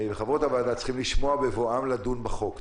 וחברות הוועדה צריכים לשמוע בבואם לדון בחוק.